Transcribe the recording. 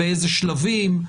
באיזה שלבים,